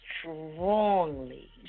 strongly